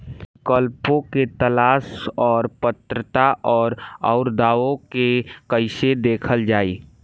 विकल्पों के तलाश और पात्रता और अउरदावों के कइसे देखल जाइ?